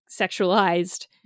sexualized